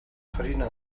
farina